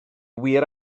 wir